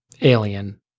alien